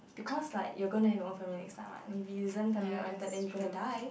because like you going to have your own family next time right maybe used family oriented then you will going to die